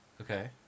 Okay